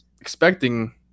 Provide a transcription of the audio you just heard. expecting